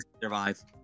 survive